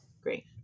Great